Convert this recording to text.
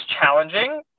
challenging